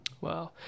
Wow